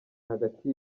hagati